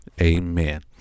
amen